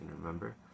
remember